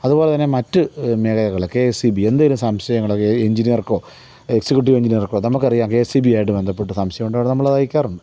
അത് പോലെതന്നെ മറ്റ് മേഖലകള് കെ എസ് ഇ ബി എന്തേലും സംശയങ്ങളൊക്കെ എഞ്ചിനിയർക്കോ എക്സിക്യൂട്ടീവ് എഞ്ചിനിയർക്കോ നമുക്കറിയാം കെ എസ് ഇ ബി ആയിട്ട് ബന്ധപ്പെട്ട് സംശയം ഉണ്ടവിടെ നമ്മളത് അയക്കാറുണ്ട്